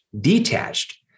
detached